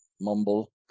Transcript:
mumble